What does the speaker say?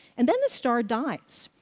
and then the star dies.